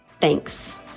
Thanks